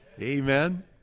Amen